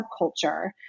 subculture